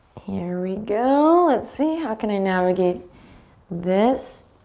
here we go. let's see how can i navigate this.